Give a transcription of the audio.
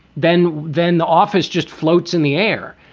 then then the office just floats in the air.